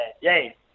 yay